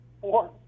four